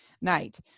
night